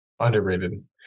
Underrated